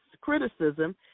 criticism